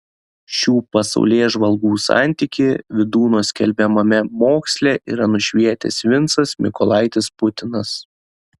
šių pasaulėžvalgų santykį vydūno skelbiamame moksle yra nušvietęs vincas mykolaitis putinas